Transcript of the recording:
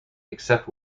except